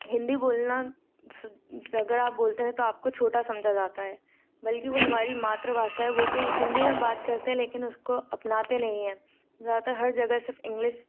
हिन्दी बोलना सु अगर आप बोलते हैं तो आपको छोटा समझा जाता है बल्कि वह हमारी मातृभाषा है वह भी हिन्दी में बात करते है लेकिन उसको अपनाते नहीं है ज़्यादातर हर जगह सिफ़ इंग्लिश